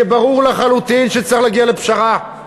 כי ברור לחלוטין שצריך להגיע לפשרה.